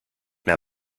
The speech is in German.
mehr